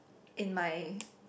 in my